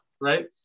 right